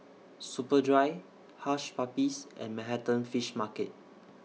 Superdry Hush Puppies and Manhattan Fish Market